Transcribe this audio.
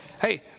Hey